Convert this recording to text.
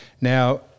Now